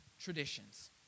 traditions